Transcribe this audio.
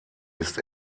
ist